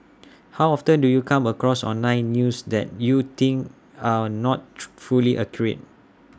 how often do you come across online news that you think are not fully accurate